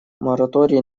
моратории